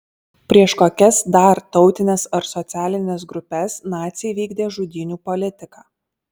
prieš kokias dar tautines ar socialines grupes naciai vykdė žudynių politiką